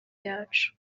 yacu